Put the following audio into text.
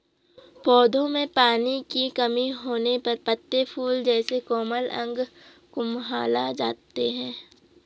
पौधों में पानी की कमी होने पर पत्ते, फूल जैसे कोमल अंग कुम्हला जाते हैं